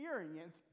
experience